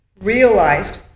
realized